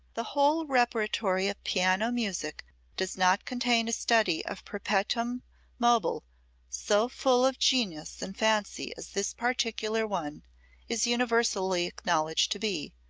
the whole repertory of piano music does not contain a study of perpetuum mobile so full of genius and fancy as this particular one is universally acknowledged to be,